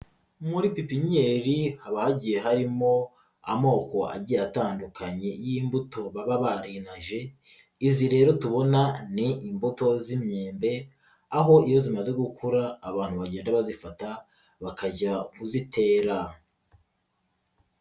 Muri pipinyeri haba hagiye harimo amoko agiye atandukanye y'imbuto baba barindaje, izi rero tubona ni imbuto z'imyembe, aho iyo zimaze gukura, abantu bagenda bazifata, bakajya kuzitera.